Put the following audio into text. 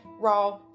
raw